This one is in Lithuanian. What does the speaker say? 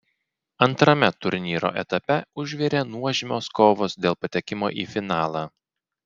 antrame turnyro etape užvirė nuožmios kovos dėl patekimo į finalą